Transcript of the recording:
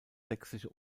sächsische